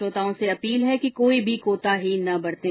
श्रोताओं से अपील है कि कोई भी कोताही न बरतें